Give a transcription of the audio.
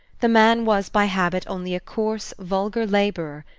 the man was by habit only a coarse, vulgar laborer,